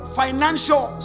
financial